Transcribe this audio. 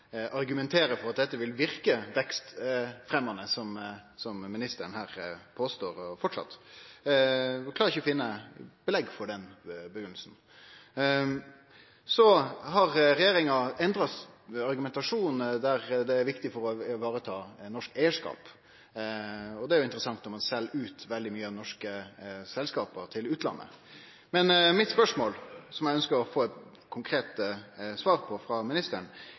argumentere for at dette vil verke vekstfremmande, som ministeren her påstår framleis. Ho klarer ikkje å finne belegg for den grunngjevinga. Så har regjeringa endra argumentasjonen der det er viktig for å vareta norsk eigarskap, og det er jo interessant når ein sel ut veldig mykje av norske selskap til utlandet. Men mitt spørsmål, som eg ønskjer å få eit konkret svar på frå ministeren,